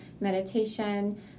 meditation